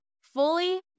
fully